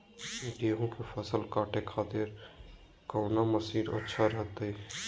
गेहूं के फसल काटे खातिर कौन मसीन अच्छा रहतय?